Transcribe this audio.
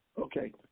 Okay